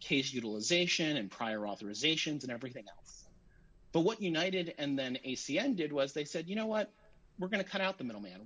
case utilization and prior authorizations and everything but what united and then a c n did was they said you know what we're going to cut out the middleman